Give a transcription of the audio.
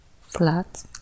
flat